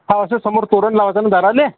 हा असं समोर तोरण लावायचं ना दाराला